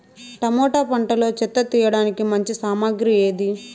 Tomato పంటలో చెత్త తీయడానికి మంచి సామగ్రి ఏది?